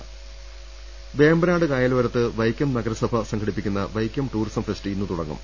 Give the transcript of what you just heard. ് വേമ്പനാട് കായലോരത്ത് വൈക്കം നഗരസഭ സംഘടിപ്പിക്കുന്ന വൈക്കം ടൂറിസം ഫെസ്റ്റ് ഇന്നുതുടങ്ങും